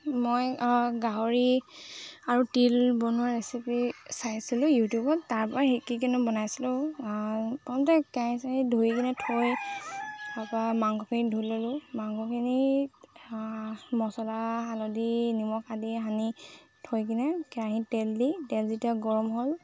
মই গাহৰি আৰু তিল বনোৱা ৰেচিপি চাইছিলোঁ ইউটিউবত তাৰপৰা শিকি কেনে বনাইছিলোঁ প্ৰথমতে কেৰাহি চেৰাহি ধুই কেনে থৈ তাৰপা মাংসখিনি ধুই ল'লোঁ মাংসখিনি মছলা হালধি নিমখ আদি সানি থৈ কেনে কেৰাহীত তেল দি তেল যেতিয়া গৰম হ'ল